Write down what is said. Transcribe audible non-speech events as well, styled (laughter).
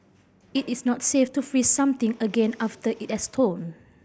it is not safe to freeze something again after it has (unintelligible)